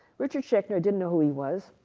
richard shepner. didn't know who he was.